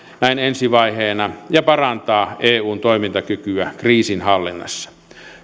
näin ensivaiheena ja parantaa eun toimintakykyä kriisinhallinnassa